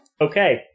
Okay